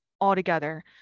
altogether